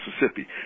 Mississippi